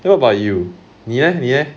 then what about you 你 leh 你 leh